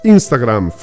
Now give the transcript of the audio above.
Instagram